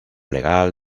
legal